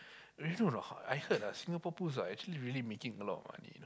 you know or not I heard ah Singapore Pools are actually really making a lot of money you know